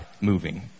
moving